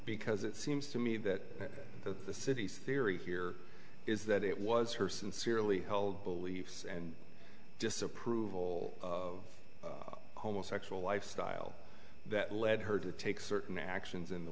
because it seems to me that the city's theory here is that it was her sincerely held beliefs and disapproval of homosexual lifestyle that led her to take certain actions in the